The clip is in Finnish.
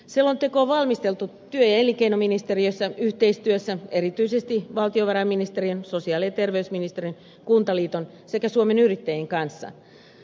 selonteko on valmisteltu työ ja elinkeinoministeriössä yhteistyössä erityisesti valtiovarainministeriön sosiaali ja terveysministeriön kuntaliiton sekä suomen yrittäjien kanssa